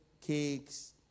cakes